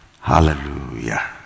Hallelujah